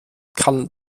kann